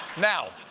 now,